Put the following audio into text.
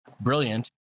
brilliant